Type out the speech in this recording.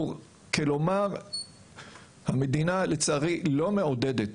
כלומר המדינה לצערי לא מעודדת